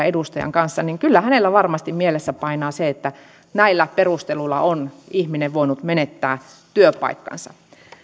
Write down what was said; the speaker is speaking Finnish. edustajan kanssa kyllä varmasti mielessä painaa se että näillä perusteluilla on ihminen voinut menettää työpaikkansa